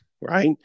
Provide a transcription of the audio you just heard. right